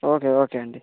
okay okay అండి